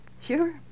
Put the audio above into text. Sure